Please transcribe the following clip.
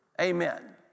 Amen